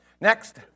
Next